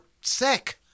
sick